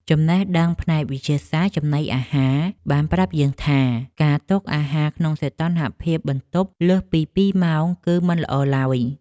ចំណេះដឹងផ្នែកវិទ្យាសាស្ត្រចំណីអាហារបានប្រាប់យើងថា ការទុកអាហារក្នុងសីតុណ្ហភាពបន្ទប់លើសពីពីរម៉ោងគឺមិនល្អឡើយ។